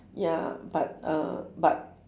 ya but uh but